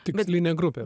tikslinė grupė